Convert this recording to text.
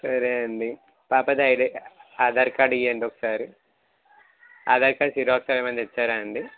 సరే అండి పాపది ఐడి ఆధార్ కార్డ్ ఇవ్వండి ఒకసారి ఆధార్ కార్డ్ జిరాక్స్ ఏమైనా తెచ్చారా అండి